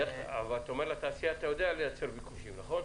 אתה אומר שלתעשייה אתה יודע לייצר ביקושים, נכון?